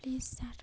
please sir